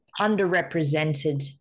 underrepresented